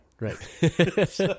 right